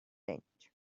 tent